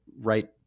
right